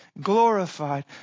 glorified